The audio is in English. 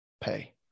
pay